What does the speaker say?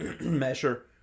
measure